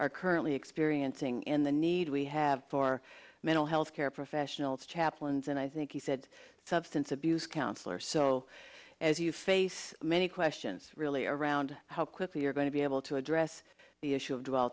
are currently experiencing and the need we have for mental health care professionals chaplains and i think he said substance abuse counselor so as you face many questions really around how quickly you're going to be able to address the issue of dwell